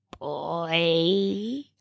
boy